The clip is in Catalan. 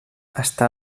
estan